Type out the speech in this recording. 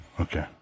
Okay